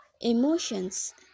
emotions